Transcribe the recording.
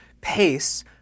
pace